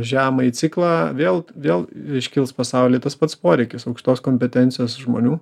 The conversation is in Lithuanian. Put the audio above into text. žemąjį ciklą vėl vėl iškils pasauly tas pats poreikis aukštos kompetencijos žmonių